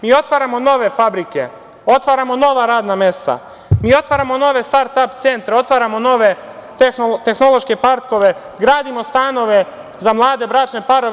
Mi otvaramo nove fabrike, otvaramo nova radna mesta, otvaramo nove startap centre, otvaramo nove tehnološke parkove, gradimo stanove za mlade bračne parove.